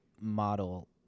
model